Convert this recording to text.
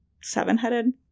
seven-headed